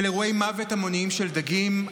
אירועי מוות המוניים של דגים.